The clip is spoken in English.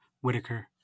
Whitaker